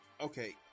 Okay